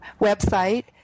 website